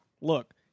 Look